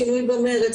שינוי במרץ,